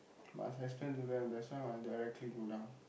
must explain to them that's why must directly go down